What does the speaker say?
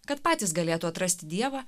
kad patys galėtų atrasti dievą